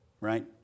right